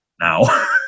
now